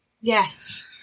yes